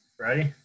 Ready